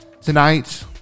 tonight